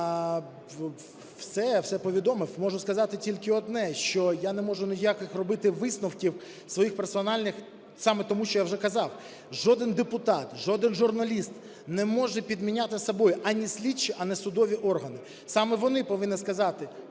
все повідомив. Можу сказати тільки одне, що я не можу ніяких робити висновків своїх персональних саме тому, що я вже казав. Жоден депутат, жоден журналіст не може підміняти собою ані слідчі, ані судові органи. Саме вони повинні сказати,